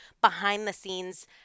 behind-the-scenes